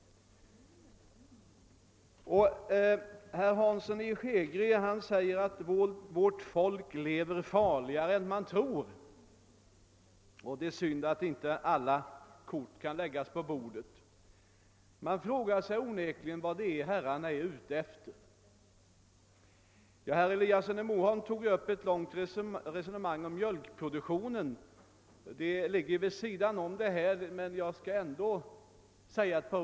Herr Hansson i Skegrie å sin sida sade att vårt folk lever farligare än man tror och ait det är synd att inte alla kort kan läggas på bordet. Jag frågor mig onekligen vad herrarna är ute efter. Herr Eliasson i Moholm tog upp ett långt resonemang om mjölkproduktionen, som jag skall säga några ord om trots att den ligger vid sidan om saken.